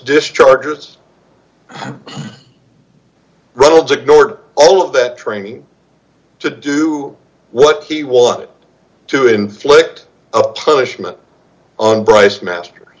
destructors reynolds ignored all of that training to do what he wanted to inflict a punishment on bryce master